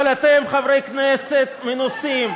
אבל אתם חברי כנסת מנוסים.